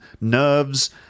nerves